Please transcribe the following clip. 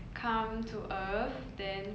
come to earth then